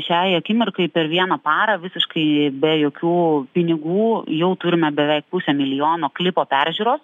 šiai akimirkai per vieną parą visiškai be jokių pinigų jau turime beveik pusę milijono klipo peržiūrų